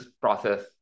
process